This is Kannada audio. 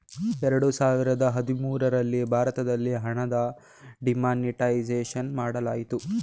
ಎರಡು ಸಾವಿರದ ಹದಿಮೂರಲ್ಲಿ ಭಾರತದಲ್ಲಿ ಹಣದ ಡಿಮಾನಿಟೈಸೇಷನ್ ಮಾಡಲಾಯಿತು